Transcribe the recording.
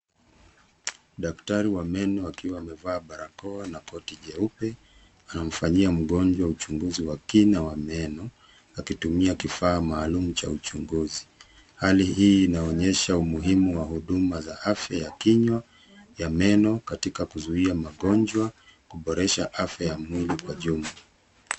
Daktari wa meno akiwa amevaa barakoa na koti jeupe anamfanyia mgonjwa uchunguzi wa kina wa meno akitumia kifaa maalum cha uchunguzi. Hali hii inaonyesha umuhimu wa huduma za afya ya kinywa ya meno katika kuzuia magonjwa kuboresha afya ya mwili kwa jumla.